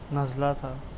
نزلہ تھا